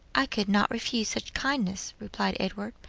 i could not refuse such kindness, replied edward.